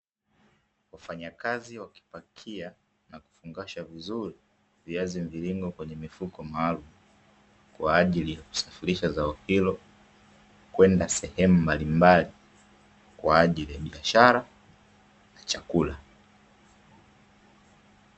Wafanyakazi wakipakia na kufungasha vizuri viazi mviringo kwenye mifuko maalumu, kwa ajili ya kusafirisha zao hilo kwenda sehemu mbalimbali kwa ajili ya biashara na chakula.